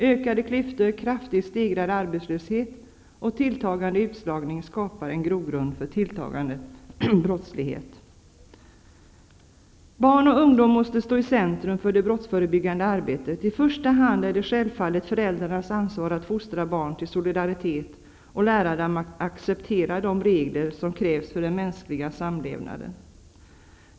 Ökande klyftor, kraftigt stegrad arbetslöshet och tilltagande utslagning skapar en grogrund för tilltagande brottslighet. Barn och ungdom måste stå i centrum för det brottsförebyggande arbetet. I första hand är det självfallet föräldrarnas ansvar att fostra barn till solidaritet och lära dem acceptera de regler som krävs för den mänskliga samlevnaden.